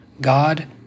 God